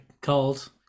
called